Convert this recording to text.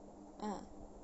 uh